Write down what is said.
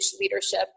Leadership